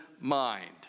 mind